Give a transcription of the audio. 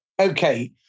Okay